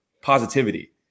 positivity